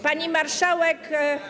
Pani Marszałek!